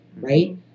right